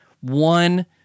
one